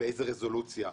באיזו רזולוציה?